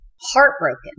heartbroken